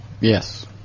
yes